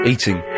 Eating